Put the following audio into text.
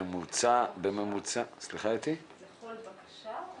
לכל בקשה?